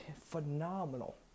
phenomenal